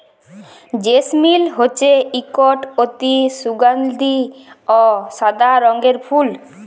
জেসমিল হছে ইকট অতি সুগাল্ধি অ সাদা রঙের ফুল